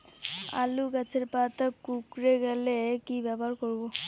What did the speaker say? আলুর গাছের পাতা কুকরে গেলে কি ব্যবহার করব?